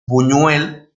buñuel